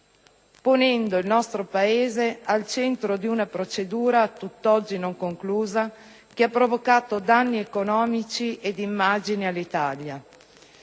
ponendo il nostro Paese al centro di una procedura a tutt'oggi non conclusa, che ha provocato danni economici e di immagine all'Italia.